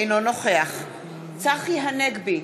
אינו נוכח צחי הנגבי,